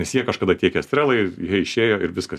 nes jie kažkada tiekė estrelai jie išėjo ir viskas